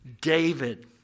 David